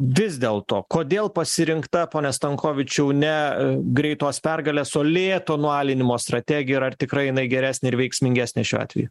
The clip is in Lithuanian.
vis dėlto kodėl pasirinkta pone stankovičiau ne greitos pergalės o lėto nualinimo strategija ir ar tikrai jinai geresnė ir veiksmingesnė šiuo atveju